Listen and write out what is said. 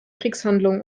kriegshandlungen